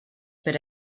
per